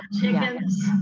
chickens